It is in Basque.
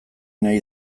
nahi